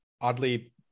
oddly